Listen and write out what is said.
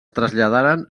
traslladaren